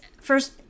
first